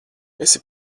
esi